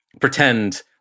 pretend